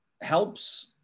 helps